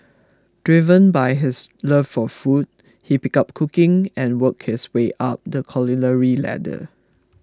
driven by his love for food he picked up cooking and worked his way up the culinary ladder